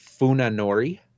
Funanori